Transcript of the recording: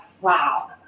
wow